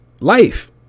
life